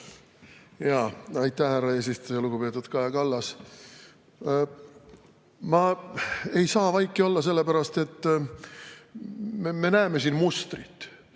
Aitäh, härra eesistuja! Lugupeetud Kaja Kallas! Ma ei saa vaiki olla, sellepärast et me näeme siin mustrit.